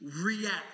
react